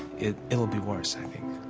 it, it'll be worse, i